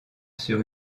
sur